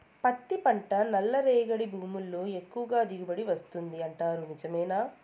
పత్తి పంట నల్లరేగడి భూముల్లో ఎక్కువగా దిగుబడి వస్తుంది అంటారు నిజమేనా